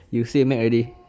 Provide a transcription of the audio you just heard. you say Mac already